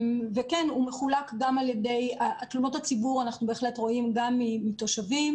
את תלונות הציבור אנחנו בהחלט רואים גם מתושבים,